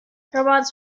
robots